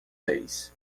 seis